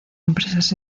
empresas